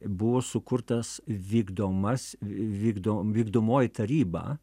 buvo sukurtas vykdomas vykdo vykdomoji taryba